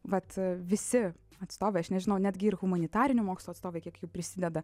vat visi atstovai aš nežinau netgi ir humanitarinių mokslų atstovai kiek jų prisideda